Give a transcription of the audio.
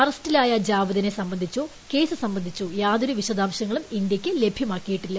അറസ്റ്റിലായ ജാവദിനെ സംബന്ധിച്ചോ കേസ് സംബന്ധിച്ചോ യാതൊരു വിശദാശങ്ങളും ഇന്ത്യയ്ക്ക് ലഭ്യമാക്കിയില്ല